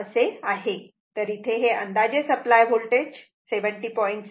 तर इथे हे अंदाजे सप्लाय वोल्टेज 70